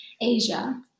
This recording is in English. Asia